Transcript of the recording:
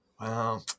Wow